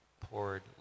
poured